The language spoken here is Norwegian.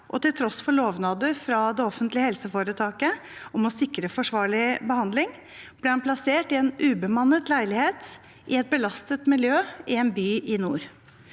til tross for lovnader fra det offentlige helseforetaket om å sikre forsvarlig behandling ble han plassert i en ubemannet leilighet i et belastet miljø i en by i nord.